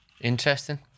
Interesting